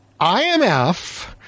IMF